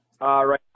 Right